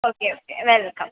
okay okay welcome